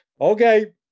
okay